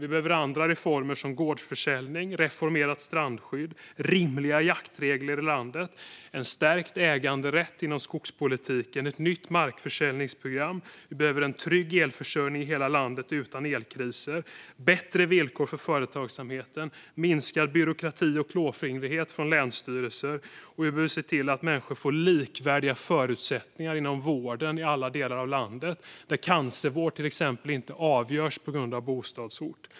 Vi behöver andra reformer såsom gårdsförsäljning, reformerat strandskydd, rimliga jaktregler i landet, en stärkt äganderätt inom skogspolitiken och ett nytt markförsäljningsprogram. Vi behöver en trygg elförsörjning utan elkriser i hela landet. Det behövs bättre villkor för företagsamheten liksom minskad byråkrati och klåfingrighet från länsstyrelser. Vi behöver se till att människor får likvärdiga förutsättningar inom vården i alla delar av landet. Exempelvis ska cancervård inte avgöras av bostadsort.